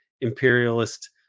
imperialist